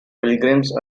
pilgrims